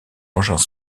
engins